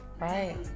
Right